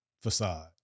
facade